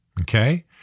okay